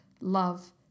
love